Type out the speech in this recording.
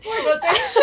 !whoa! got tension